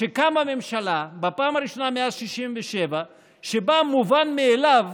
קמה ממשלה בפעם הראשונה מאז 67' שבה המובן מאליו,